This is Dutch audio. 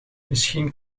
misschien